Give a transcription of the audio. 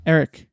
Eric